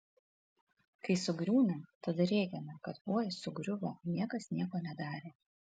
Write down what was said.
kai sugriūna tada rėkiame kad oi sugriuvo niekas nieko nedarė